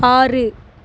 ஆறு